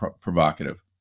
provocative